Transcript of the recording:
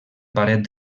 paret